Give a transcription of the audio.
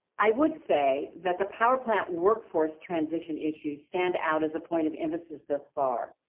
i would say that the power plant workforce transition issue, stand out as a point of emphasis this far.